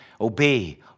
obey